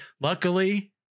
luckily